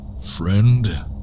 friend